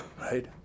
right